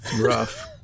rough